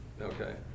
Okay